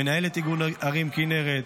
מנהלת איגוד ערים כינרת,